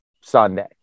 Sunday